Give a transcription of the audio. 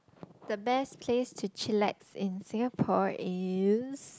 the best place to chillax in Singapore is